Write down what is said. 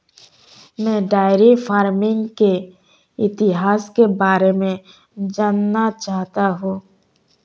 मैं dairy farming के इतिहास के बारे में जानना चाहता हूं